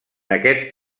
aquest